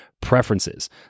preferences